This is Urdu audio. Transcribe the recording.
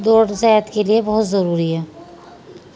دوڑ صحت کے لیے بہت ضروری ہے